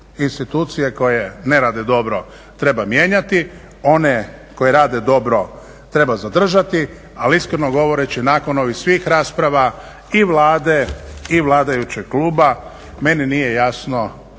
Institucije koje ne rade dobro treba mijenjati, one koje rade dobro treba zadržati ali iskreno govoreći nakon ovih svih rasprava i Vlade i vladajućeg kluba meni nije jasno